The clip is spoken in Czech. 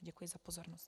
Děkuji za pozornost.